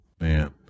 man